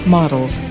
models